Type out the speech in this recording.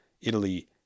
Italy